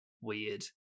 weird